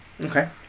Okay